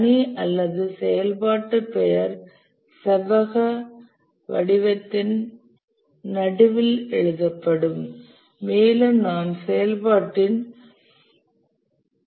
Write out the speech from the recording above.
பணி அல்லது செயல்பாட்டு பெயர் செவ்வக வடிவத்தின் நடுவில் எழுதப்படும் மேலும் நாம் செயல்பாட்டின் கால அளவை தீர்மானிக்க வேண்டும்